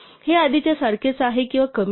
हे आधीच्या सारखेच आहे किंवा कमी आहे